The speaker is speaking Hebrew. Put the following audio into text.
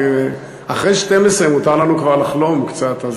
אחרי חצות מותר לנו כבר לחלום קצת.